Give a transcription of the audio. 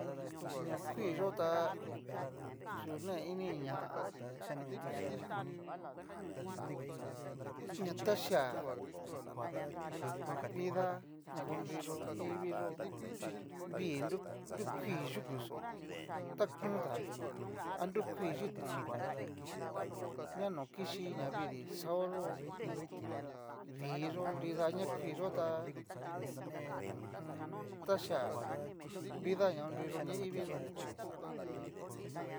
Ña kuii yó ta yu ne ini ña, ña taxia, vida na konriyó ñaivi yó'o, vii nru kuii yukuxó ta kon davii a nrukuii chitón ña no kichí navidii xaoyó, vii yó'o nrida ña kuii yó ta ho o on. táxia vida na konruño ñaiví yó.